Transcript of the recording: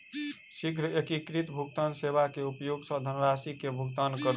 शीघ्र एकीकृत भुगतान सेवा के उपयोग सॅ धनरशि के भुगतान करू